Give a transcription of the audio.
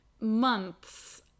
months